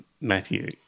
Matthew